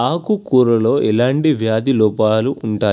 ఆకు కూరలో ఎలాంటి వ్యాధి లోపాలు ఉంటాయి?